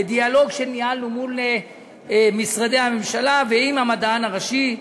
בדיאלוג שניהלנו מול משרדי הממשלה ועם המדען הראשי,